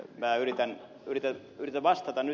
minä yritän vastata nyt